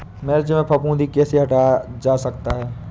मिर्च में फफूंदी कैसे हटाया जा सकता है?